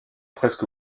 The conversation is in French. presque